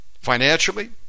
financially